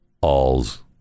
all's